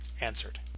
answered